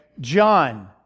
John